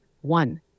One